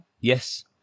Yes